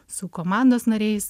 su komandos nariais